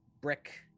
brick